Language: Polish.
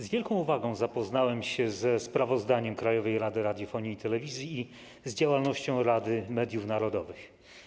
Z wielką uwagą zapoznałem się ze sprawozdaniem Krajowej Rady Radiofonii i Telewizji i z działalnością Rady Mediów Narodowych.